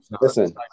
Listen